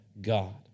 God